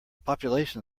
population